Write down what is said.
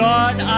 Lord